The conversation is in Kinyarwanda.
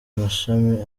mashami